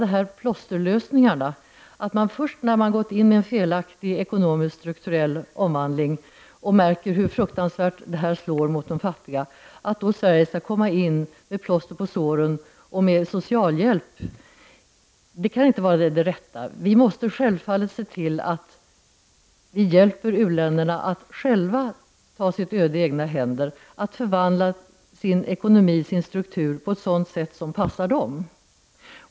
När man gått in med en felaktig omvandling av den ekonomiska strukturen och märker hur fruktansvärt detta slår mot de fattiga, då först skall Sverige komma in med plåster på såren och socialhjälp! Det kan inte vara det rätta. Vi måste självfallet se till att vi hjälper u-länderna att ta sitt öde i egna händer, att förvandla sin ekonomi och sin struktur på ett sätt som passar dem.